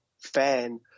fan